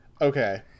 Okay